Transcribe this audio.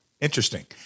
Interesting